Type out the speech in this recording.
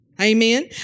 Amen